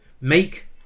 make